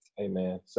Amen